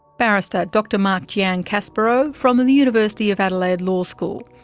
barrister dr mark giancaspro from the the university of adelaide law school.